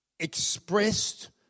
expressed